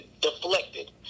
deflected